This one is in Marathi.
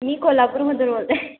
मी कोल्हापूरमधून बोलते आहे